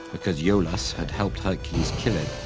because iolaus had helped hercules kill it,